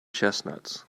chestnuts